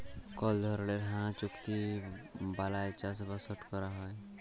call ধরলের হাঁ চুক্তি বালায় চাষবাসট ক্যরা হ্যয়